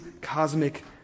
cosmic